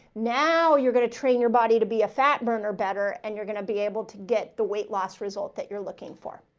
now you're going to train your body to be a fat burner better. and you're going to be able to get the weight loss result that you're looking for.